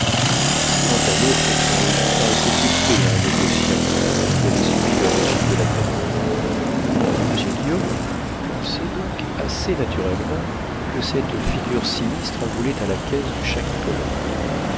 un si grand amour pour son logis paraissait suspect à un négociant qui avait subi le régime de la terreur monsieur guillaume pensait donc assez naturellement que cette figure sinistre en voulait à la caisse du